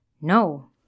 No